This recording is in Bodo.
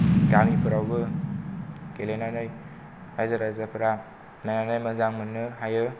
गामिफोरावबो गेलेनानै रायजो राजाफोरा नायनो मोजां मोननो हायो